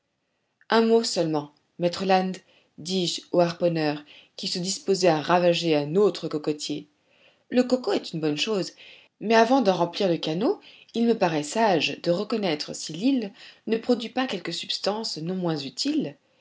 un mot seulement maître land dis-je au harponneur qui se disposait à ravager un autre cocotier le coco est une bonne chose mais avant d'en remplir le canot il me paraît sage de reconnaître si l'île ne produit pas quelque substance non moins utile